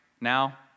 now